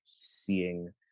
seeing